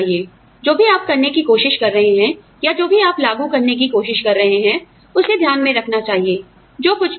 आप जानते हैं जो भी आप करने की कोशिश कर रहे हैं या जो भी आप लागू करने की कोशिश कर रहे हैं उसे ध्यान में रखना चाहिए जो कुछ भी है